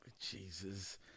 Jesus